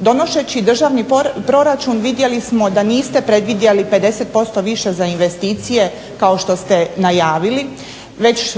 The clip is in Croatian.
Donoseći državni proračun vidjeli smo da niste predvidjeli 50% više za investicije kao što ste najavili već